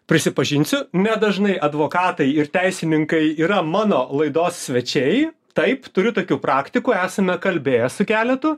prisipažinsiu nedažnai advokatai ir teisininkai yra mano laidos svečiai taip turiu tokių praktikų esame kalbėję su keletu